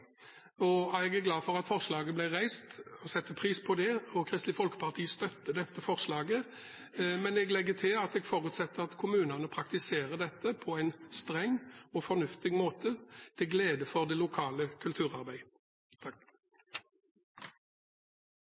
og jeg er glad for og setter pris på at forslaget ble reist. Kristelig Folkeparti støtter dette forslaget, men jeg legger til at jeg forutsetter at kommunene praktiserer dette på en streng og fornuftig måte, til glede for det lokale